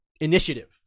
initiative